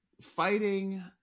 fighting